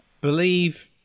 believe